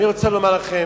התש"ע 2009,